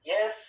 Yes